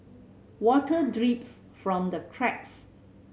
water drips from the cracks